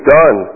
done